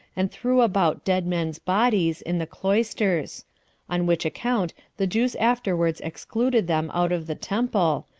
and threw about dead men's bodies, in the cloisters on which account the jews afterward excluded them out of the temple,